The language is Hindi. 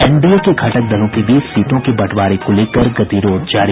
एनडीए के घटक दलों के बीच सीटों के बंटवारे को लेकर गतिरोध जारी